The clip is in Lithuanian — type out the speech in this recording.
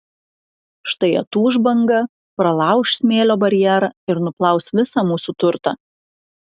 štai atūš banga pralauš smėlio barjerą ir nuplaus visą mūsų turtą